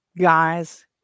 guys